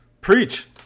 Preach